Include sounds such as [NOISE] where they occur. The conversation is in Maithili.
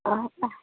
[UNINTELLIGIBLE]